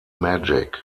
magic